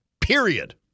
period